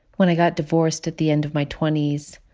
when i got divorced at the end of my twenties,